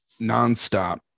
nonstop